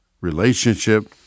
relationship